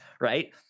right